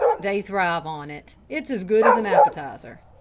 they thrive on it it's as good as an appetizer.